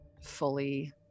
fully